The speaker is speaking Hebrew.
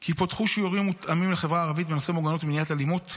כי פותחו שיעורים מותאמים לחברה הערבית בנושא מוגנות ומניעת אלימות,